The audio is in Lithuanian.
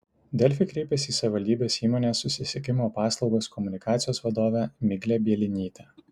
delfi kreipėsi į savivaldybės įmonės susisiekimo paslaugos komunikacijos vadovę miglę bielinytę